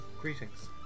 Greetings